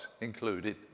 included